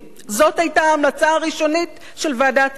זאת היתה ההמלצה הראשונית של ועדת-קדמי.